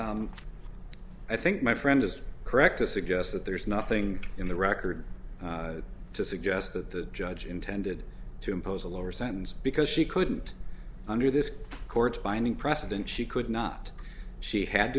dear i think my friend is correct to suggest that there's nothing in the record to suggest that the judge intended to impose a lower sentence because she couldn't under this court binding precedent she could not she had